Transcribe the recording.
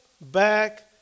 back